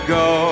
go